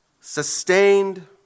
sustained